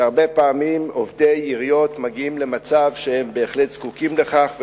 שהרבה פעמים עובדי עיריות מגיעים למצב שהם בהחלט זקוקים לכך,